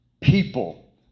people